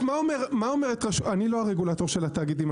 אני לא הרגולטור של התאגידים.